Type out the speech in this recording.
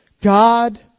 God